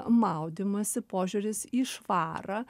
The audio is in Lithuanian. maudymąsi požiūris į švarą